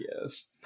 Yes